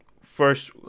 first